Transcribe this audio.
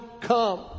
come